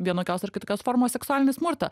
vienokios ar kitokios formos seksualinį smurtą